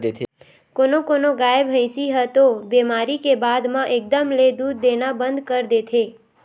कोनो कोनो गाय, भइसी ह तो बेमारी के बाद म एकदम ले दूद देना बंद कर देथे